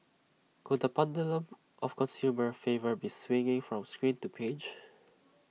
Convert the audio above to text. could the pendulum of consumer favour be swinging from screen to page